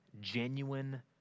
genuine